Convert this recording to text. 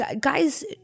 guys